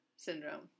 syndrome